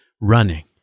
running